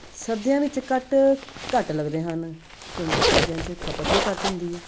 ਸਰਦੀਆਂ ਵਿੱਚ ਕੱਟ ਘੱਟ ਲੱਗਦੇ ਹਨ ਕਿਉਂਕਿ ਸਰਦੀਆਂ 'ਚ ਖਪਤ ਵੀ ਘੱਟ ਹੁੰਦੀ ਹੈ